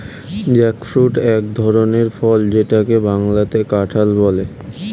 jackfruit এক ধরনের ফল যেটাকে বাংলাতে কাঁঠাল বলে